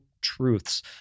truths